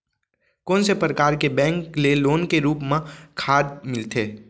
कोन से परकार के बैंक ले लोन के रूप मा खाद मिलथे?